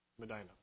Medina